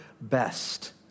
best